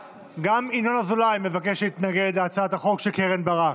ינון אזולאי מבקש להתנגד להצעת החוק של קרן ברק.